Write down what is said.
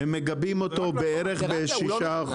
הם מגבים אותו בערך ב-6%.